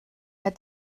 hat